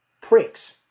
pricks